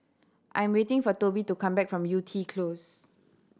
I'm waiting for Toby to come back from Yew Tee Close